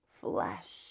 flesh